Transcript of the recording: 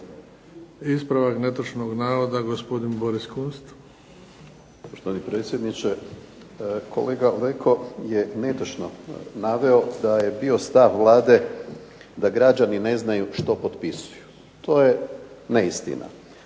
Ispravak netočnog navoda, gospodin Boris Kunst.